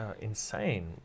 insane